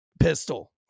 pistol